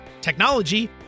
technology